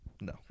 No